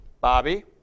Bobby